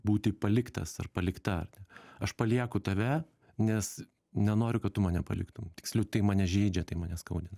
būti paliktas ar palikta ar ne aš palieku tave nes nenoriu kad tu mane paliktum tiksliau tai mane žeidžia tai mane skaudina